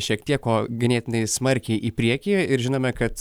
šiek tiek o ganėtinai smarkiai į priekį ir žinome kad